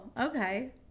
okay